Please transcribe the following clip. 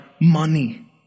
money